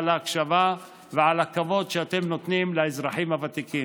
על ההקשבה ועל הכבוד שאתם נותנים לאזרחים הוותיקים.